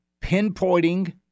pinpointing